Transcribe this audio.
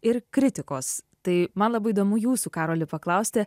ir kritikos tai man labai įdomu jūsų karoli paklausti